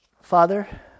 Father